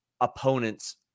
opponents